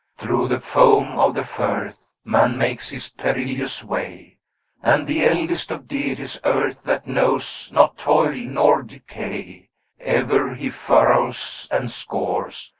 through the foam of the firth, man makes his perilous way and the eldest of deities earth that knows not toil nor decay ever he furrows and scores,